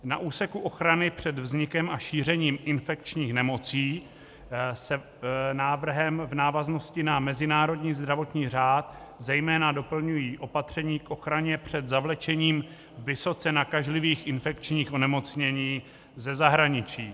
Na úseku ochrany před vznikem a šířením infekčních nemocí se návrhem v návaznosti na mezinárodní zdravotní řád zejména doplňují opatření k ochraně před zavlečením vysoce nakažlivých infekčních onemocnění ze zahraničí.